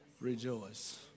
rejoice